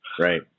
Right